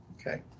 Okay